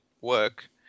work